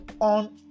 on